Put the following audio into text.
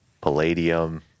palladium